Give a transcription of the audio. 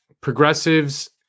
progressives